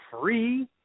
free